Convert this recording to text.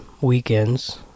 weekends